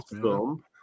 film